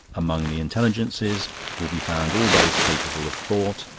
among the intelligences will be found all those capable of thought,